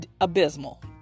abysmal